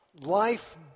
life